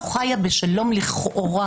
לא חייה בשלום לכאורה